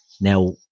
now